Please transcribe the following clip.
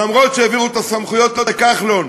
למרות שהעבירו את הסמכויות לכחלון,